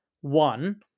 One